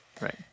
Right